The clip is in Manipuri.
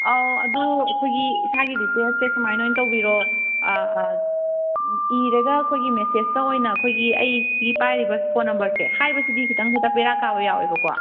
ꯑꯧ ꯑꯗꯨ ꯑꯩꯈꯣꯏꯒꯤ ꯏꯁꯥꯒꯤ ꯗꯤꯇꯦꯜꯁꯁꯦ ꯁꯨꯃꯥꯏꯅ ꯑꯣꯏ ꯇꯧꯕꯤꯔꯣ ꯏꯔꯒ ꯑꯩꯈꯣꯏꯒꯤ ꯃꯦꯁꯦꯁꯇ ꯑꯣꯏꯅ ꯑꯩꯈꯣꯏꯒꯤ ꯑꯩ ꯁꯤꯒꯤ ꯄꯥꯏꯔꯤꯕ ꯐꯣꯟ ꯅꯝꯕꯔꯁꯦ ꯍꯥꯏꯕꯁꯤꯗꯤ ꯈꯤꯇꯪ ꯍꯦꯛꯇ ꯕꯦꯔꯥ ꯀꯥꯕ ꯌꯥꯎꯋꯦꯕꯀꯣ